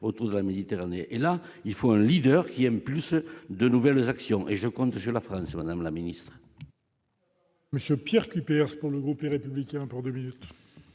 autour de la Méditerranée, et là il faut un leader qui aime plus de nouvelles actions et je compte je la France madame la Ministre. Monsieur Pierre Cuypers, quand le groupe les républicains pour 2 minutes.